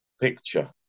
picture